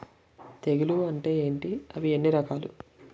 తెగులు అంటే ఏంటి అవి ఎన్ని రకాలు?